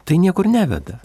tai niekur neveda